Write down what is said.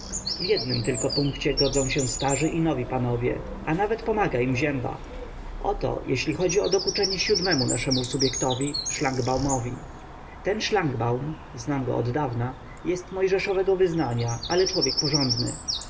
jednym tylko punkcie godzą się starzy i nowi panowie a nawet pomaga im zięba oto jeżeli chodzi o dokuczenie siódmemu naszemu subjektowi szlangbaumowi ten szlangbaum znam go oddawna jest mojżeszowego wyznania ale człowiek porządny